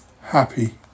happy